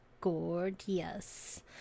gorgeous